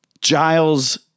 Giles